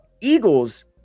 eagles